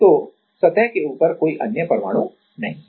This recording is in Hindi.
तो सतह के ऊपर कोई अन्य परमाणु नहीं है